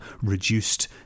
reduced